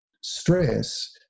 stress